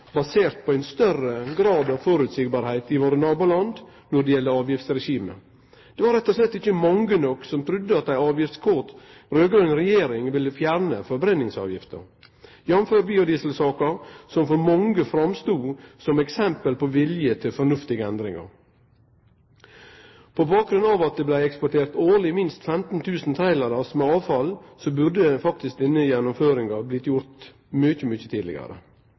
basert på ein større grad av føreseielegheit i nabolanda våre når det gjeld avgiftsregimet. Det var rett og slett ikkje mange nok som trudde at ei avgiftskåt raud-grøn regjering ville fjerne forbrenningsavgifta – jf. biodieselsaka, som for mange stod som eksempel på vilje til fornuftige endringar. På bakgrunn av at det årleg blei eksportert minst 15 000 trailerlass med avfall, burde faktisk denne gjennomføringa vore gjord mykje, mykje tidlegare.